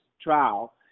trial